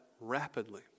rapidly